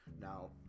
now